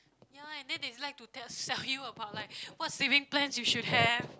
ya and then they like to tell sell you about like what saving plans you should have